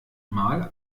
mal